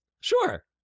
Sure